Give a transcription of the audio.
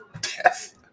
death